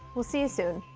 we'll see you soon.